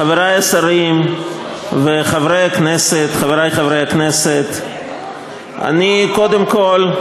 חברי השרים, חברי חברי הכנסת, אני קודם כול,